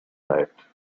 diet